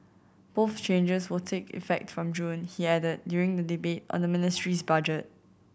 both changes will take effect from June he added during the debate on the ministry's budget